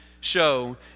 show